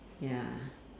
ya